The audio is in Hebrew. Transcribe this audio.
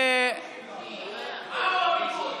למה מוזר?